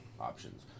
options